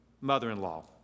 mother-in-law